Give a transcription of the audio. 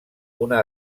una